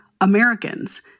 Americans